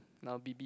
now B_B